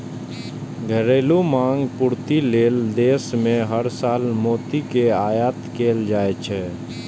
घरेलू मांगक पूर्ति लेल देश मे हर साल मोती के आयात कैल जाइ छै